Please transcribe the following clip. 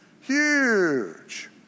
Huge